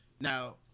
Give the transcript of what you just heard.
Now